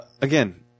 again